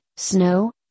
snow